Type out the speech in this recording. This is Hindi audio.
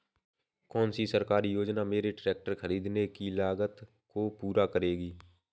कौन सी सरकारी योजना मेरे ट्रैक्टर ख़रीदने की लागत को पूरा करेगी?